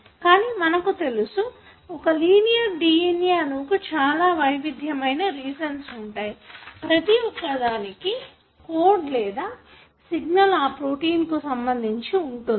కానీ మనకు తెలుసు ఒక లీనియర్ DNA అణువుకు చాలా వైవిధ్యమైన రీజన్స్ ఉంటాయి ప్రతి ఒక్కదానికి కోడ్ లేదా సిగ్నల్ ఆ ప్రోటీన్స్ కుసంబంధించి ఉంటుంది